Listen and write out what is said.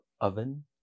oven